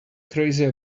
crazy